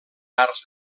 arts